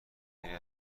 دیگری